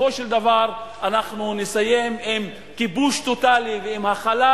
שבסופו של דבר נסיים עם כיבוש טוטלי ועם החלה